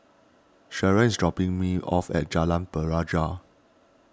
Sharen is dropping me off at Jalan Pelajau